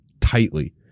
tightly